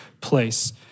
place